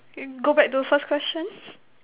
can go back to the first question